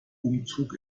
umzug